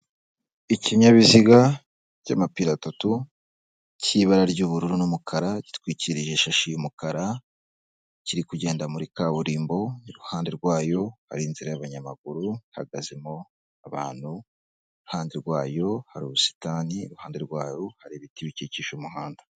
Ikinyabiziga cy'amapine atatu cy'ibara ry'ubururu n'umukara gitwikiriye ishashi y'umukara kiri kugenda muri kaburimbo, iruhande rwayo hari inzira y'abanyamaguru hahagazemo abantu iruhande rwayo hari ubusitani, iruhande rwayo hari ibiti bikikije umuhanda.